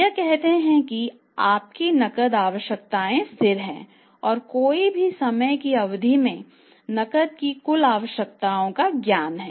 वह कहते है कि आपकी नकद आवश्यकताएं स्थिर हैं और कोई भी समय की अवधि में नकद की कुल आवश्कताओ का ज्ञान हैं